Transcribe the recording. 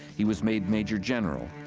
he was made major general.